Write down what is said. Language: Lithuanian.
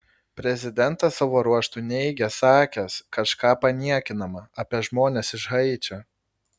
prezidentas savo ruožtu neigė sakęs kažką paniekinama apie žmones iš haičio